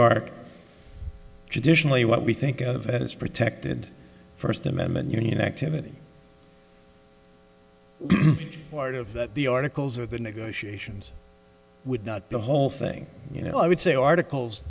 are traditionally what we think of as protected first amendment you know activity part of that the articles or the negotiations would not the whole thing you know i would say articles